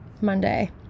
Monday